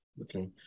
okay